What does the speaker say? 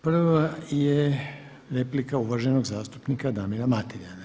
Prva je replika uvaženog zastupnika Damira Mateljana.